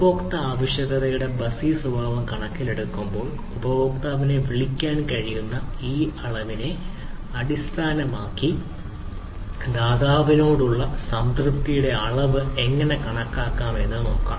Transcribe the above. ഉപയോക്തൃ ആവശ്യകതയുടെ ഫസ്സി സ്വഭാവം കണക്കിലെടുക്കുമ്പോൾ ഉപഭോക്താവിനെ വിളിക്കാൻ കഴിയുന്ന ഈ അളവിനെ അടിസ്ഥാനമാക്കി ദാതാവിനോടുള്ള സംതൃപ്തിയുടെ അളവ് എങ്ങനെ കണക്കാക്കാമെന്ന് നോക്കാം